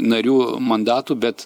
narių mandatų bet